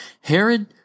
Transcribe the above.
Herod